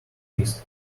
feast